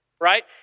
right